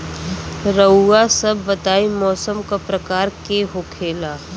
रउआ सभ बताई मौसम क प्रकार के होखेला?